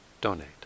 donate